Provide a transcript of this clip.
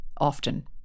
often